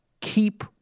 keep